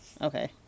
okay